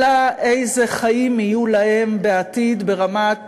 אלא איזה חיים יהיו להם בעתיד ברמת